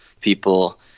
people